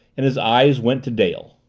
and his eyes went to dale.